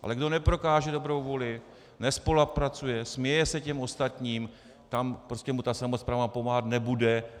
Ale kdo neprokáže dobrou vůli, nespolupracuje, směje se ostatním, tam mu prostě samospráva pomáhat nebude.